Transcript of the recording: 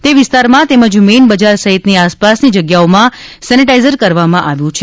તે વિસ્તારમાં તેમજ મેઈન બજાર સહિતની આસપાસની જગ્યાઓમાં સેનેટાઈઝર કરવામા આવ્યું છે